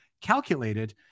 calculated